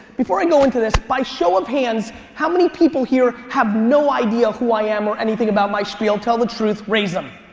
before i go into this, by show of hands how many people here have no idea who i am or anything about my spiel? tell the truth, truth, raise em.